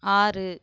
ஆறு